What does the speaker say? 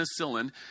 penicillin